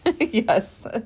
Yes